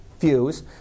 fuse